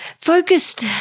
focused